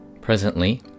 presently